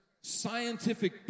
scientific